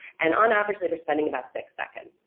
and on average they were spending about six seconds.